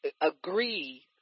agree